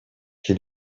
qui